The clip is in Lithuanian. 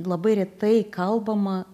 labai retai kalbama